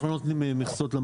אתם נותנים את המכסות, לא?